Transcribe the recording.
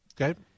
Okay